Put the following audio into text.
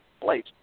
place